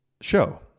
show